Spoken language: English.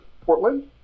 Portland